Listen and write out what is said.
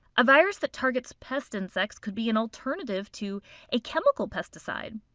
a virus that targets pest insects could be an alternative to a chemical pesticide.